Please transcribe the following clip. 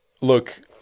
Look